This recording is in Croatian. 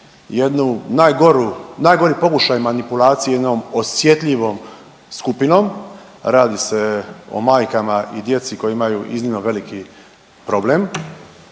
jednu najgoru, najgori pokušaj manipulacije jednom osjetljivom skupinom, radi se o majkama i djeci koji imaju iznimno veliki problem,